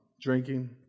drinking